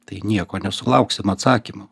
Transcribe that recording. tai nieko nesulauksim atsakymo